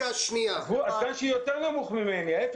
הסגן שיותר נמוך ממני.